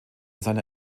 seiner